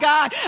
God